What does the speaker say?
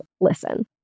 listen